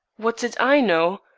what did i know?